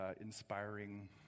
inspiring